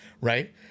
Right